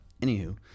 anywho